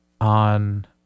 on